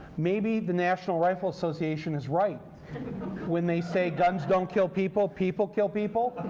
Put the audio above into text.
maybe the national rifle association is right when they say guns don't kill people. people kill people.